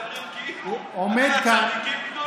מדברים כאילו הם צדיקים גדולים.